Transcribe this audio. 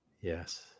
Yes